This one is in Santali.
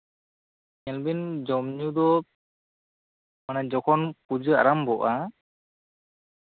ᱧᱮᱞᱵᱤᱱ ᱡᱚᱢ ᱧᱩ ᱫᱚ ᱡᱚᱠᱷᱚᱱ ᱯᱩᱡᱟᱹ ᱟᱨᱟᱢᱵᱷᱚᱜᱼᱟ